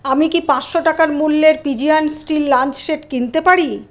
আমি কি পাঁচশো টাকা মূল্যের পিজিয়ন স্টিল লাঞ্চ সেট কিনতে পারি